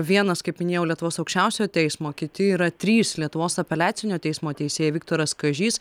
vienas kaip minėjau lietuvos aukščiausiojo teismo kiti yra trys lietuvos apeliacinio teismo teisė viktoras kažys